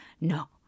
no